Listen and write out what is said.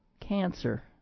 cancer